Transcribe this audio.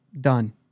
Done